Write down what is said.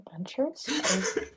Adventures